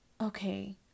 okay